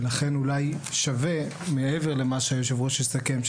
לכן אולי שווה מעבר למה שהיושב-ראש יסכם,